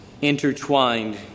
intertwined